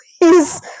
please